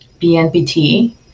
BNPT